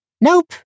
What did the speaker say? Nope